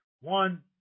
One